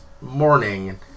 morning